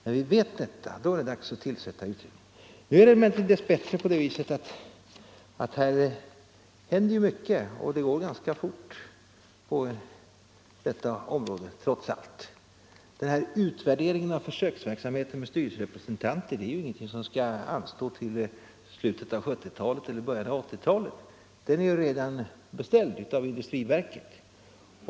När vi vet detta är det dags att tillsätta utredningen. Nu är det dess bättre på det viset att här händer mycket. Det går ganska fort på detta område trots allt. Utvärderingen av försöksverksamheten med styrelserepresentanter är ingenting som skall anstå till slutet av 1970-talet eller början av 1980-talet. Den är ju redan beställd av industriverket.